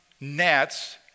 gnats